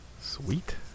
sweet